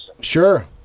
Sure